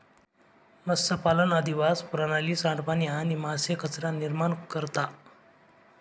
मत्स्यपालन अधिवास प्रणाली, सांडपाणी आणि मासे कचरा निर्माण करता